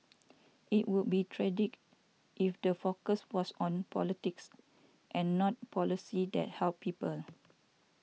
it would be tragic if the focus was on politics and not policies that help people